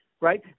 right